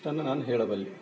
ಇಷ್ಟನ್ನು ನಾನು ಹೇಳಬಲ್ಲೆ